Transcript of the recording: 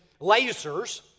lasers